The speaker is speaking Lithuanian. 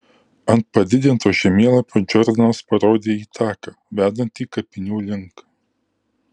ant padidinto žemėlapio džordanas parodė į taką vedantį kapinių link